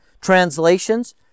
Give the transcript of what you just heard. translations